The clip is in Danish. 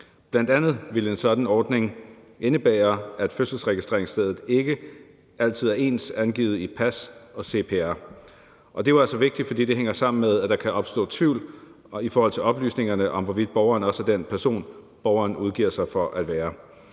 Bl.a. ville en sådan ordning indebære, at fødselsregistreringsstedet ikke altid var ens angivet i pas og i CPR. Og det er jo altså vigtigt, fordi det hænger sammen med, at der i forhold til oplysningerne kan opstå tvivl om, hvorvidt borgeren også er den person, borgeren udgiver sig for at være.